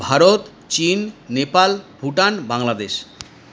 ভারত চীন নেপাল ভুটান বাংলাদেশ